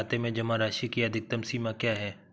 खाते में जमा राशि की अधिकतम सीमा क्या है?